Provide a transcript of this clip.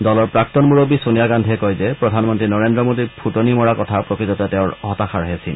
দলৰ প্ৰাক্তন মুৰববী ছোনিয়া গান্ধীয়ে কয় যে প্ৰধানমন্ত্ৰী নৰেন্দ্ৰ মোডীৰ ফুটনি মৰা কথা প্ৰকৃততে তেওঁৰ হতাশাৰহে চিন